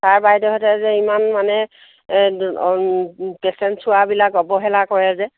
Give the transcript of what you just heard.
sir বাইদেউহঁতে যে ইমান মানে পেচেণ্ট চোৱাবিলাক অৱহেলা কৰে যে